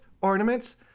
ornaments